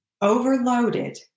overloaded